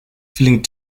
feeling